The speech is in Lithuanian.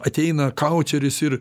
ateina kaučeris ir